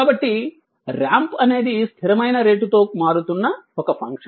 కాబట్టి రాంప్ అనేది స్థిరమైన రేటుతో మారుతున్న ఒక ఫంక్షన్